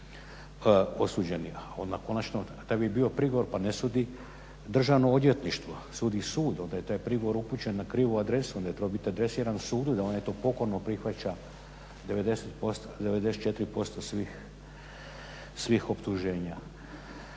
osuđeni na konačno, da bi bio prigovor, pa ne sudi državno odvjetništvo, sudi sud, onda je taj prigovor upućen na krivu adresu, onda je trebao biti adresiran sudu, da on to pokorno prihvaća 94% svih optuženja.